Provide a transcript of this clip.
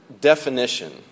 definition